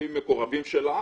לפי המקורבים שלה,